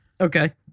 Okay